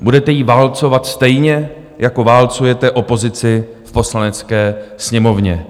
Budete ji válcovat, stejně jako válcujete opozici v Poslanecké sněmovně.